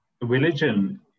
religion